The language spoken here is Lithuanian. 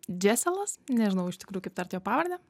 džeselas nežinau iš tikrųjų kaip tart jo pavardę